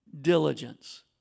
diligence